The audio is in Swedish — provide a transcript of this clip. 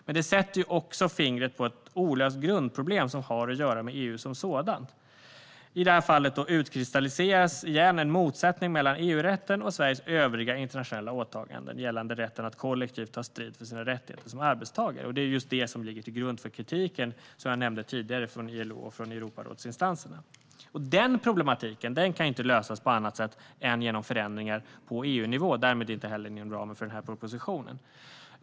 Detta sätter också fingret på ett olöst grundproblem som har göra med EU som sådant. I det här fallet utkristalliseras en motsättning mellan EU-rätten och Sveriges övriga internationella åtaganden gällande rätten att kollektivt ta strid för sina rättigheter som arbetstagare. Det är just det här som ligger till grund för kritiken från de tidigare nämnda ILO och Europarådsinstanserna. Den problematiken kan inte lösas på annat sätt än genom förändringar på EU-nivå, och den löses därmed inte heller inom ramen för denna proposition.